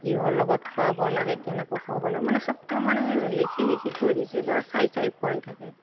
কিহৰ লগত খোৱাব লাগে কেনেকৈ খোৱাব লাগে মানে চব তেওঁ মানে লিখি লিখি থৈ দিছে বা চাই চাই খোৱাই থাকে